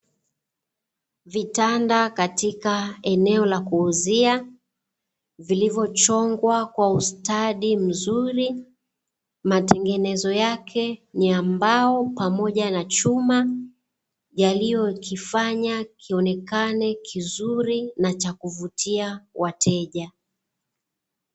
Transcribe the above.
Vitanda katika eneo la kuuzia, vilivyochongwa kwa ustadi mzuri, matengenezo yake ni ya mbao pamoja na chuma, yaliyokifanya kionekane kizuri na cha kuvutia wateja.